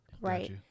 right